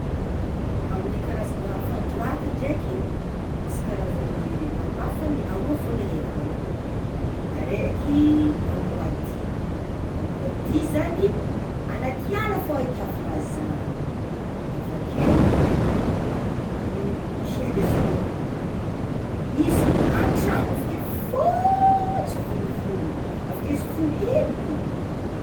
Amin'ny karazana fandroàka ndraiky misy karazany maromaro fa le aroa fôgna le aiko malôha araiky amboa dia, amboa dia agnaty ala fôgna ahitavagna azy zany; avakeo i chien de salon iziny an-tragno avakeo fotsy volovolony avakeo izy foy hely.